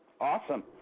Awesome